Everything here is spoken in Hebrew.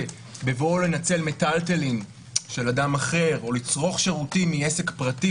בבואו לנצל מטלטלין של אדם אחר או לצרוך שירותים מעסק פרטי,